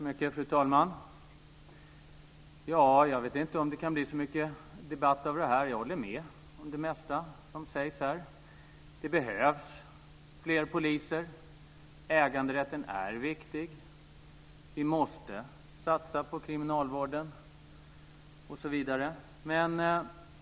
Fru talman! Jag vet inte om det kan bli så mycket debatt av det här. Jag håller med om det mesta som sägs här. Det behövs fler poliser. Äganderätten är viktig. Vi måste satsa på kriminalvården osv.